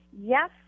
Yes